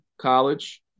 college